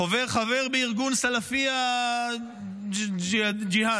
חבר בארגון א-סלפיה אל-ג'יהאדיה,